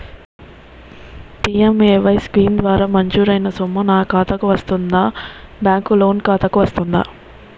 PMAY scheme ద్వారా మంజూరైన సొమ్ము నా ఖాతా కు వస్తుందాబ్యాంకు లోన్ ఖాతాకు వస్తుందా?